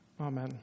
Amen